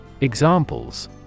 Examples